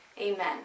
Amen